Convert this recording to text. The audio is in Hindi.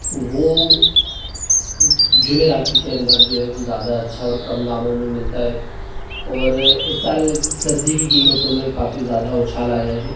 वोह जुमेराती के अंदर जो है वह ज़्यादा अच्छा और कम दामों में मिलता है और इस साल सब्ज़ी की कीमतों में काफ़ी ज़्यादा उछाल आया है